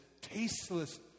tasteless